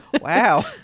Wow